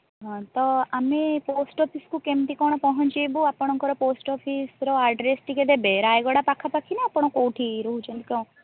ହଁ ତ ଆମେ ପୋଷ୍ଟ୍ ଅଫିସ୍କୁ କେମିତି କ'ଣ ପହଁଞ୍ଚାଇବୁ ଆପଣଙ୍କର ପୋଷ୍ଟ୍ ଅଫିସ୍ର ଆଡ୍ରେସ୍ ଟିକେ ଦେବେ ରାୟଗଡ଼ା ପାଖାପାଖି ନା ଆପଣ କୋଉଠି ରହୁଛନ୍ତି କ'ଣ